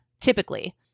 typically